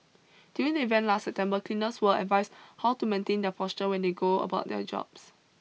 during the event last September cleaners were advised how to maintain their posture when they go about their jobs